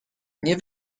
nie